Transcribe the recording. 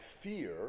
fear